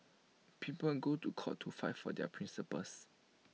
people on go to court to fight for their principles